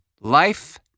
life